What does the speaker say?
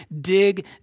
dig